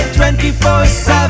24-7